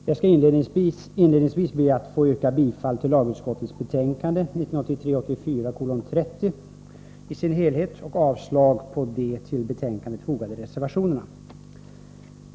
Herr talman! Jag skall inledningsvis be att få yrka bifall till utskottets hemställan i lagutskottets betänkande 30 i dess helhet och avslag på de till betänkandet fogade reservationerna.